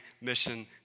mission